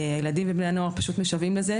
ילדים ובני נוער משוועים לזה.